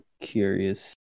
curious